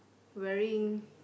wearing